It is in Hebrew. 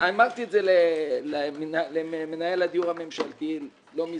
אמרתי את זה למנהל הדיור הממשלתי לא מזמן,